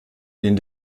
ihn